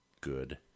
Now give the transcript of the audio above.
Good